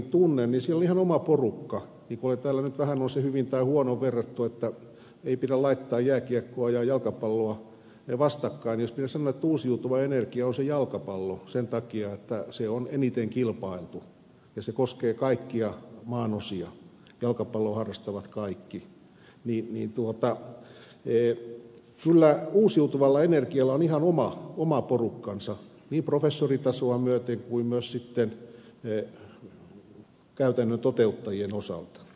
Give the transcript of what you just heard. niin kuin täällä nyt on vähän oli se hyvin tai huonosti verrattu että ei pidä laittaa jääkiekkoa ja jalkapalloa vastakkain niin jos pitäisi sanoa että uusiutuva energia on jalkapallo sen takia että se on eniten kilpailtu ja se koskee kaikkia maanosia jalkapalloa harrastavat kaikki niin kyllä uusiutuvalla energialla on ihan oma porukkansa niin professoritasoa myöten kuin myös sitten käytännön toteuttajien osalta